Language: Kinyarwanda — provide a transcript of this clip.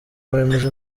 wemeje